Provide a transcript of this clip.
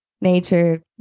nature